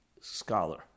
scholar